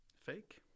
Fake